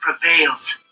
prevails